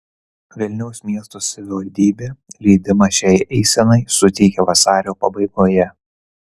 vilniaus miesto savivaldybė leidimą šiai eisenai suteikė vasario pabaigoje